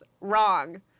wrong